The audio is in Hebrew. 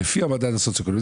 לפי המדד הסוציואקונומי.